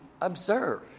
observe